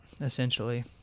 essentially